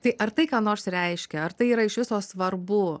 tai ar tai ką nors reiškia ar tai yra iš viso svarbu